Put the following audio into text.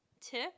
tip